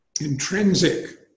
intrinsic